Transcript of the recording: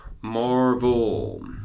Marvel